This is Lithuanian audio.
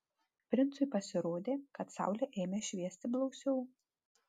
princui pasirodė kad saulė ėmė šviesti blausiau